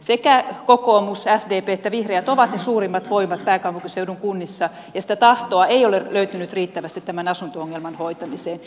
sekä kokoomus sdp että vihreät ovat ne suurimmat voimat pääkaupunkiseudun kunnissa ja sitä tahtoa ei ole löytynyt riittävästi tämän asunto ongelman hoitamiseen